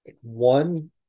One